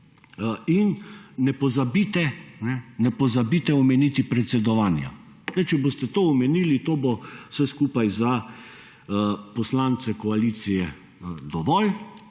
in ne pozabite omeniti predsedovanja. Sedaj, če boste to omenili to bo vse skupaj za poslance koalicije dovolj,